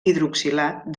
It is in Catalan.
hidroxilat